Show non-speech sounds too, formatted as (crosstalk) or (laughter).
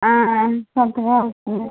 (unintelligible)